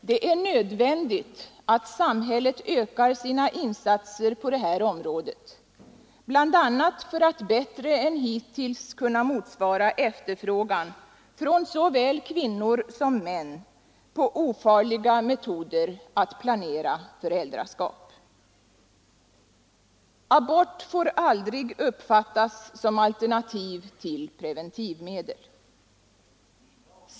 Det är nödvändigt att samhället ökar sina insatser på det här området bl.a. för att bättre än hittills kunna motsvara efterfrågan från såväl kvinnor som män på ofarliga metoder att planera föräldraskap. Abort får aldrig uppfattas som alternativ till preventivmedel.